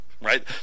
Right